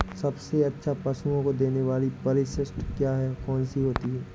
सबसे अच्छा पशुओं को देने वाली परिशिष्ट क्या है? कौन सी होती है?